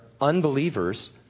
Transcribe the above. unbelievers